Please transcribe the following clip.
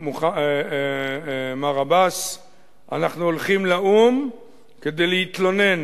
מר עבאס: אנחנו הולכים לאו"ם כדי להתלונן